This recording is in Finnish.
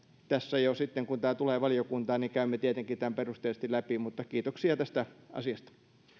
sitten kun tämä tulee valiokuntaan käymme tietenkin tämän perusteellisesti läpi mutta kiitoksia tästä asiasta